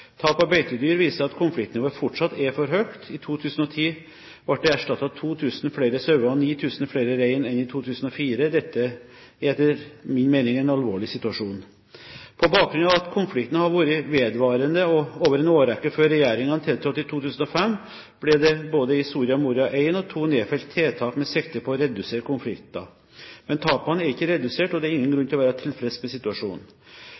Tap av beitedyr viser at konfliktnivået fortsatt er for høyt. I 2010 ble det erstattet 2 000 flere sauer og 9 000 flere rein enn i 2004. Det er etter min mening en alvorlig situasjon. På bakgrunn av at konflikten har vært vedvarende over en årrekke før regjeringen tiltrådte i 2005, ble det både i Soria Moria I og II nedfelt tiltak med sikte på å redusere konflikten. Men tapene er ikke redusert, og det er ingen grunn til å være tilfreds med situasjonen.